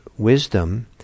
wisdom